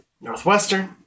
Northwestern